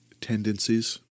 tendencies